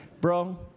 Bro